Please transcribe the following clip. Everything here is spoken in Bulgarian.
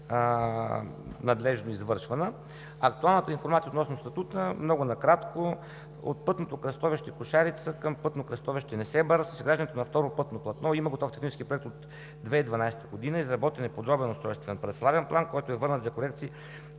надлежно извършвана. Актуалната информация, относно статута, много накратко. От пътното кръстовище Кушарите към пътно кръстовище Несебър с изграждането на второ пътно платно има готов технически проект от 2012 г. Изработен е подробен устройствен парцеларен план, който е върнат за корекции